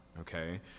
Okay